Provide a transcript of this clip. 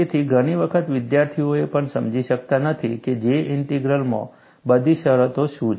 તેથી ઘણી વખત વિદ્યાર્થીઓ એ પણ સમજી શકતા નથી કે J ઇન્ટિગ્રલમાં બધી શરતો શું છે